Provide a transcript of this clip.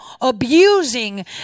abusing